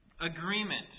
agreement